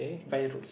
Firdaus